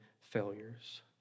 failures